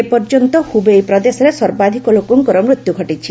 ଏପର୍ଯ୍ୟନ୍ତ ହ୍ରବେଇ ପ୍ରଦେଶରେ ସର୍ବାଧିକ ଲୋକଙ୍କର ମୃତ୍ୟୁ ଘଟିଛି